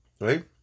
Right